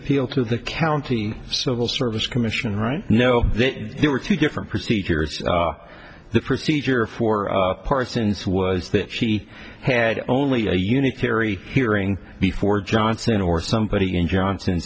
appeal to the county civil service commission right no there were two different procedures the procedure for parsons was that she had only a unitary hearing before johnson or somebody in johnson